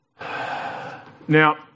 Now